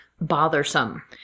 bothersome